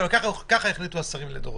כך החליטו השרים לדורותיהם.